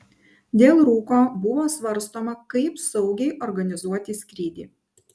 dėl rūko buvo svarstoma kaip saugiai organizuoti skrydį